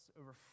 over